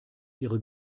ihre